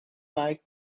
bike